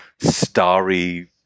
starry